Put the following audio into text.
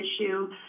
issue